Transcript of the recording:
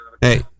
Hey